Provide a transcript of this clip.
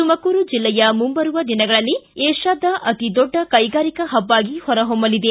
ತುಮಕೂರು ಜಿಲ್ಲೆಯು ಮುಂಬರುವ ದಿನಗಳಲ್ಲಿ ವಿಷ್ಕಾದ ಅತಿದೊಡ್ಡ ಕೈಗಾರಿಕಾ ಪಬ್ ಆಗಿ ಹೊರಹೊಮ್ಮಲಿದೆ